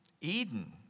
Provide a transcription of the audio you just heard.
Eden